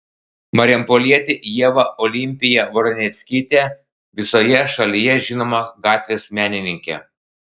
marijampolietė ieva olimpija voroneckytė visoje šalyje žinoma gatvės menininkė